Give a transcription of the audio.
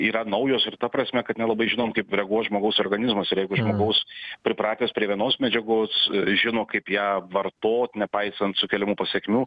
yra naujos ir ta prasme kad nelabai žinom kaip reaguos žmogaus organizmas ir jeigu žmogaus pripratęs prie vienos medžiagos žino kaip ją vartot nepaisant sukeliamų pasekmių